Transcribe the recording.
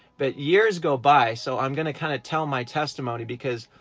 but years go by, so i'm gonna kind of tell my testimony because